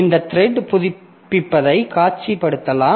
இந்த த்ரெட் புதுப்பிப்பைச் காட்சிப்படுத்தலாம்